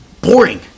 boring